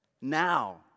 now